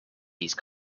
these